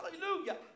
Hallelujah